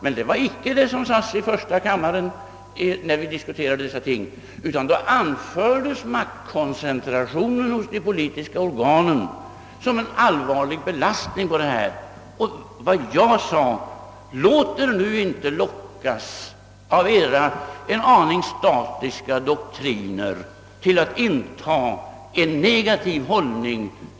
Men det var inte vad som sades i första kammaren när vi diskuterade dessa ting, utan då anfördes maktkoncentrationen hos de politiska organen som en allvarlig belastning. Vad jag sade var: Låt er nu inte lockas av era en aning statiska doktriner till att inta en negativ bållning!